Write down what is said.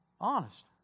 Honest